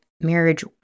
marriage